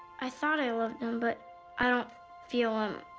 i thought i loved him but i don't feel him,